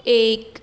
ایک